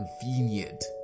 convenient